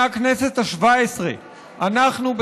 מהכנסת השבע-עשרה אנחנו,